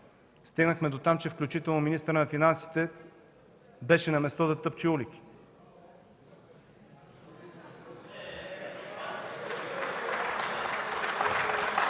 Стигнахме дотам, че включително министърът на финансите беше на място да тъпче улики.